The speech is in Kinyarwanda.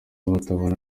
batabana